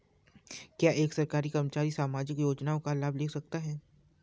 क्या एक सरकारी कर्मचारी सामाजिक योजना का लाभ ले सकता है?